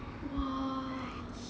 !wah!